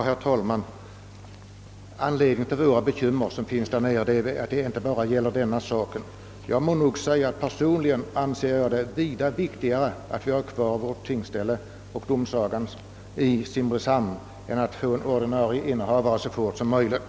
Herr talman! Våra bekymmer där nere gäller inte bara den sak som här senast berörts. Personligen anser jag det vida viktigare att vi har kvar tingsstället och domsagan i Simrishamn än att det blir en ordinarie innehavare av domartjänsten så snart som möjligt.